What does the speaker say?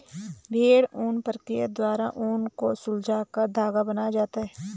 भेड़ ऊन प्रक्रिया द्वारा ऊन को सुलझाकर धागा बनाया जाता है